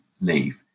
leave